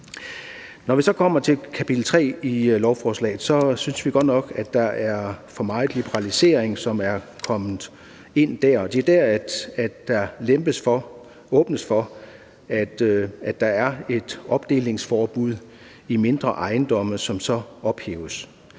Når vi så kommer til kapitel 3 i lovforslaget, synes vi godt nok, at for meget liberalisering er kommet ind der. Det er der, der åbnes for, at der er et opdelingsforbud i mindre ejendomme, som så ophæves.